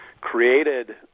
created